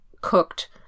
cooked